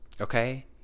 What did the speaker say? Okay